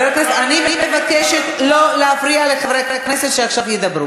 אני מבקשת לא להפריע לחברי כנסת שעכשיו ידברו.